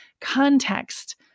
context